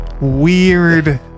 weird